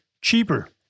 cheaper